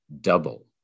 double